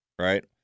Right